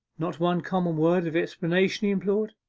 not one common word of explanation he implored.